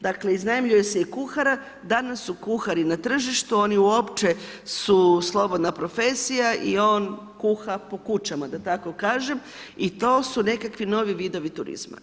Dakle iznajmljuje se i kuhara, danas su kuhari na tržištu, oni uopće su slobodna profesija i on kuha po kućama da tako kažem i to su nekakvi novi vidovi turizma.